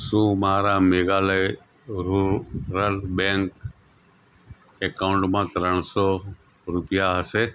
શું મારા Meghalaya rural bank એકાઉન્ટમાં ત્રણસો રૂપિયા હશે